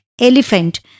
elephant